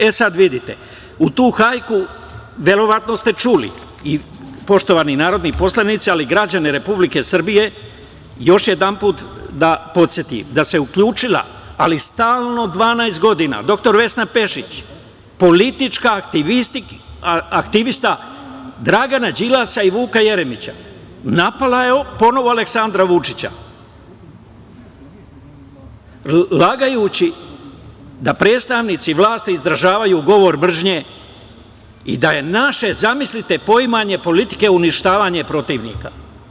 E sad vidite, u tu hajku, verovatno ste čuli, poštovani narodni poslanici, ali i građani Republike Srbije, još jedanput da podsetim da se uključila, ali stalno 12 godina, dr Vesna Pešić, politička aktivistkinja Dragana Đilasa i Vuka Jeremića, napala je ponovo Aleksandra Vučića, lažući da predstavnici vlasti izražavaju govor mržnje i da je naše, zamislite, poimanje politike uništavanje protivnika.